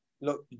Look